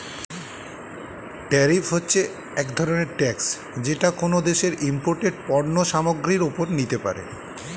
tariff হচ্ছে এক ধরনের ট্যাক্স যেটা কোনো দেশ ইমপোর্টেড পণ্য সামগ্রীর ওপরে নিতে পারে